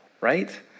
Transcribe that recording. right